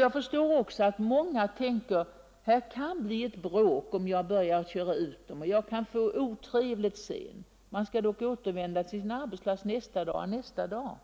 Jag förstår att många också tänker att det kan bli bråk om dessa ungdomar körs ut och att det kan bli otrevligt sedan; man skall dock återvända till sin arbetsplats nästa dag och nästa dag